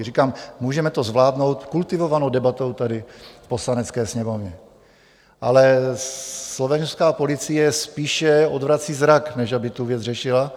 Říkám, můžeme to zvládnout kultivovanou debatou tady v Poslanecké sněmovně, ale slovenská policie spíše odvrací zrak, než aby tu věc řešila.